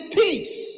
peace